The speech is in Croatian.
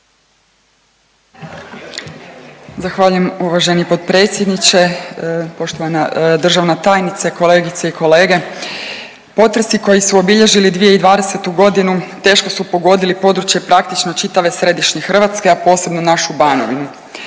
Zahvaljujem uvaženo potpredsjedniče. Poštovana državna tajnice, kolegice i kolege. Potresi koji su obilježili 2020.g. teško su pogodili područje praktično čitave Središnje Hrvatske, a posebno našu Banovinu.